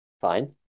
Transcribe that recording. fine